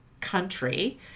country